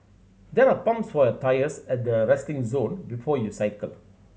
there are pumps for your tyres at the resting zone before you cycle